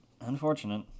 Unfortunate